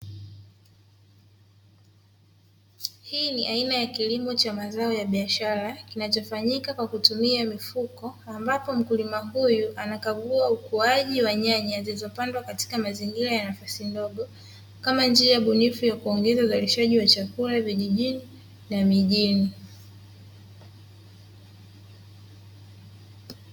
Hii ni aina ya kilimo cha mazao ya biashara kinachofanyika kwa kutumia mifuko ambapo mkulima huyu anakagua ukuwaji wa nyanya zilizo pandwa katika mazingira ya nafasi ndogo, kama njia bunifu yakuongeza uzalishaji wa chakula vijijini na mijini.